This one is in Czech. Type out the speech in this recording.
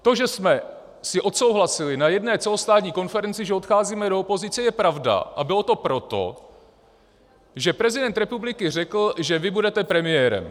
To, že jsme si odsouhlasili na jedné celostátní konferenci, že odcházíme do opozice, je pravda, a bylo to proto, že prezident republiky řekl, že vy budete premiérem.